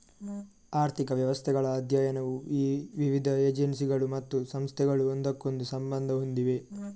ಆರ್ಥಿಕ ವ್ಯವಸ್ಥೆಗಳ ಅಧ್ಯಯನವು ಈ ವಿವಿಧ ಏಜೆನ್ಸಿಗಳು ಮತ್ತು ಸಂಸ್ಥೆಗಳು ಒಂದಕ್ಕೊಂದು ಸಂಬಂಧ ಹೊಂದಿವೆ